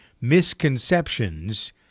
misconceptions